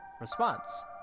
response